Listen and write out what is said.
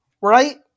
right